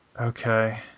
Okay